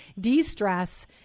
de-stress